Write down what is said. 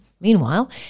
Meanwhile